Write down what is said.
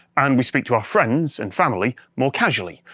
and we speak to our friends and family more casually.